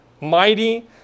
mighty